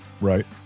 Right